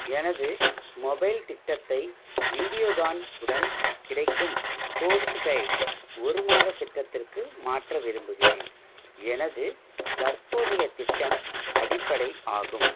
எனது மொபைல் திட்டத்தை வீடியோகான் உடன் கிடைக்கும் போஸ்ட் பெய்ட் ஒரு மாத திட்டத்திற்கு மாற்ற விரும்புகிறேன் எனது தற்போதைய திட்டம் அடிப்படை ஆகும்